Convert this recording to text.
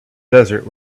desert